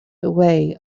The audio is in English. away